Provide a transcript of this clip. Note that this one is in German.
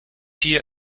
hier